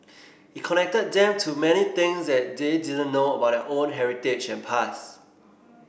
it connected them to many things that they didn't know about their own heritage and past